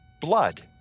blood